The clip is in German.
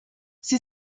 sie